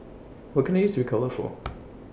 What Can I use Ricola For